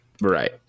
right